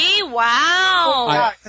Wow